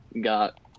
got